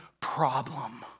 problem